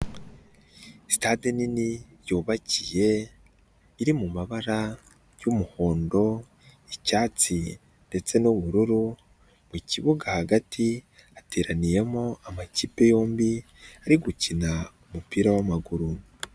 Sitade nini, yubakiye, iri mumabara, umuhondo, icyatsi ndetse n'ubururu, mu kibuga hagati hateraniyemo amakipe yombi, ari gukina umupira w'amaguru.